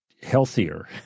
healthier